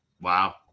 Wow